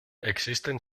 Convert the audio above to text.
existen